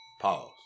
Pause